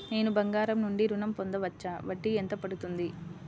నేను బంగారం నుండి ఋణం పొందవచ్చా? వడ్డీ ఎంత పడుతుంది?